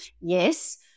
yes